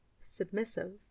submissive